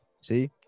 See